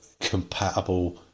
compatible